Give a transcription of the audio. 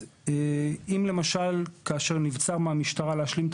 אם למשל כאשר נבצר מהמשטרה להשלים את